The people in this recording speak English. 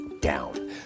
down